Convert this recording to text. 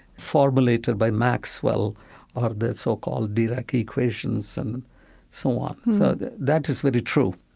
formulated by maxwell or the so-called direct equations and so on. so that that is very true